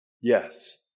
Yes